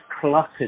cluttered